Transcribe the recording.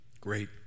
great